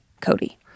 Cody